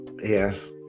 Yes